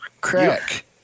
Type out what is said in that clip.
Crack